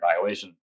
violation